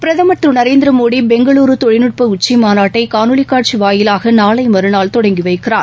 பிரதமர் திரு நரேந்திரமோடி பெங்களுரு தொழில்நுட்ப உச்சிமாநாட்டை காணொலி காட்சி வாயிலாக நாளை மறுநாள் தொடங்கி வைக்கிறார்